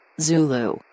Zulu